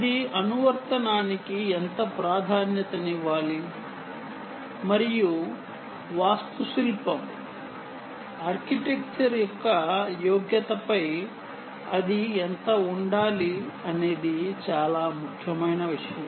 ఇది అనువర్తనానికి ఎంత ప్రాధాన్యతనివ్వాలి మరియు ఆర్కిటెక్చర్ యొక్క యోగ్యతపై అది ఎంత ఉండాలి అనేది చాలా ముఖ్యమైన విషయం